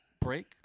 break